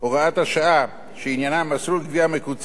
שעניינה מסלול תביעה מקוצר בהוצאה לפועל